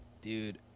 dude